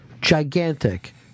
gigantic